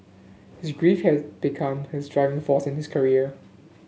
his grief had become his driving force in his career